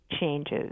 changes